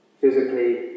physically